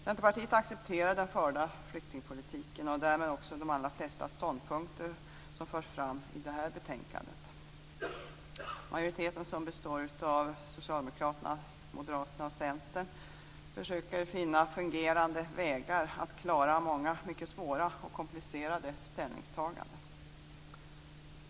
Centerpartiet accepterar den förda flyktingpolitiken och därmed också de allra flesta ståndpunkter som förs fram i detta betänkande. Majoriteten, som består av Socialdemokraterna, Moderaterna och Centern, försöker finna fungerande vägar att klara många mycket svåra och komplicerade ställningstaganden.